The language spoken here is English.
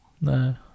No